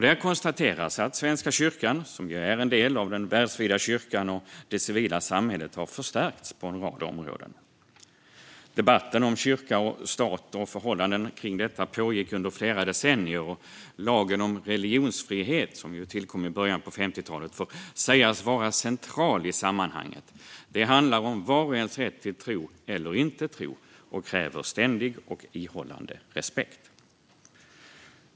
Där konstateras att Svenska kyrkan, som är en del av den världsvida kyrkan och det civila samhället, har förstärkts på en rad områden. Debatten om kyrka och stat och förhållanden kring detta pågick under flera decennier. Lagen om religionsfrihet som tillkom i början på 50-talet får sägas vara central i sammanhanget. Det handlar om var och ens rätt till tro eller inte tro och kräver ständig och ihållande respekt.